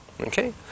Okay